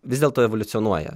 vis dėlto evoliucionuoja